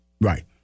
Right